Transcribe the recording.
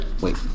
Wait